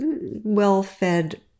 well-fed